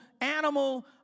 animal